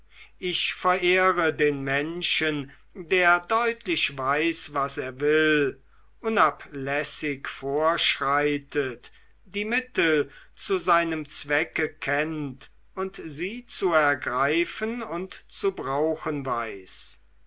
ich verehre den menschen der deutlich weiß was er will unablässig vorschreitet die mittel zu seinem zwecke kennt und sie zu ergreifen und zu brauchen weiß